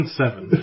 seven